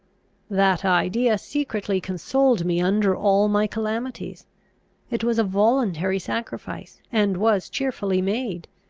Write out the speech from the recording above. that idea secretly consoled me under all my calamities it was a voluntary sacrifice, and was cheerfully made.